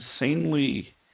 insanely